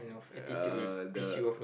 uh the